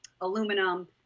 aluminum